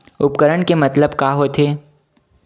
उपकरण के मतलब का होथे?